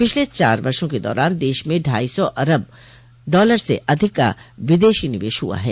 पिछले चार वर्षों के दौरान दश में ढ़ाई सौ अरब डॉलर से अधिक का विदेशी निवेश हुआ है